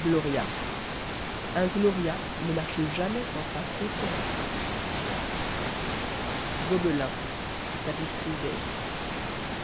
gloria un gloria ne marche jamais sans sa consolation gobelins tapisserie des